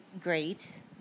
great